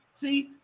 see